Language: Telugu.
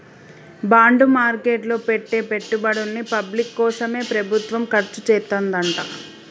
బాండ్ మార్కెట్ లో పెట్టే పెట్టుబడుల్ని పబ్లిక్ కోసమే ప్రభుత్వం ఖర్చుచేత్తదంట